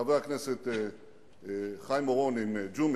חבר הכנסת חיים אורון, עם ג'ומס,